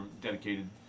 dedicated